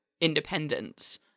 independence